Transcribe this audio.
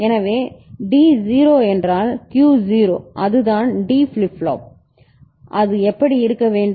எனவே D 0 என்றால் Q 0 அதுதான் D ஃபிளிப் ஃப்ளாப் அது எப்படி இருக்க வேண்டும்